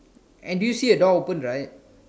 and do you see a door open right